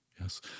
Yes